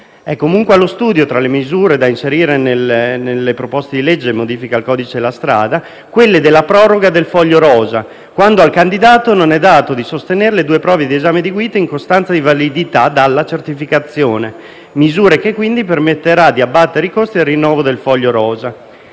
È comunque allo studio, tra le misure da inserire nelle proposte di legge di modifica al codice della strada, quella della proroga del foglio rosa, quando al candidato non è dato di sostenere le due prove di esame di guida in costanza di validità della certificazione, misura che, quindi, permetterà di abbattere i costi del rinnovo del foglio rosa.